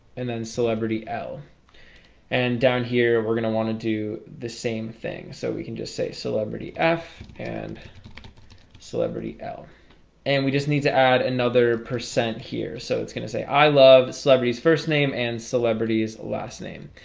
and then celebrity l and down here. we're gonna want to do the same thing so we can just say celebrity f and celebrity l and we just need to add another percent here so it's gonna say i love celebrities first name and celebrities last name.